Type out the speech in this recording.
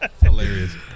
hilarious